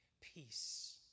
peace